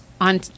on